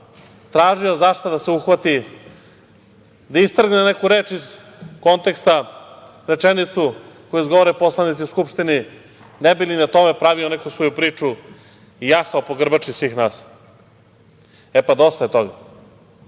tražio za šta da se uhvati, da istrgne neku reč iz konteksta, rečenicu koji izgovore poslanici u Skupštini, ne bi li na tome pravio neku svoju priču i jahao po grbači svih nas.E, pa dosta je toga.